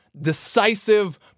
Decisive